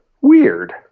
Weird